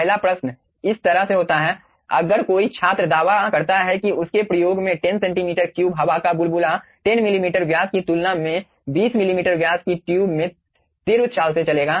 पहला प्रश्न इस तरह से होता है अगर कोई छात्र दावा करता है कि उसके प्रयोग में 10 cm3 हवा का बुलबुला 10 मिमी व्यास की तुलना में 20 mm व्यास की ट्यूब में तीव्र चाल से चलेगा